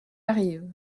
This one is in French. arrivent